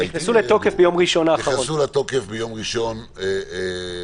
הן נכנסו לתוקף ביום ראשון האחרון.